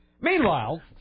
Meanwhile